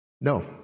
No